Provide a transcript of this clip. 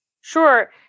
Sure